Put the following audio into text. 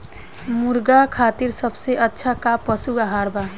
मुर्गा खातिर सबसे अच्छा का पशु आहार बा?